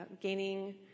gaining